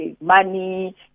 money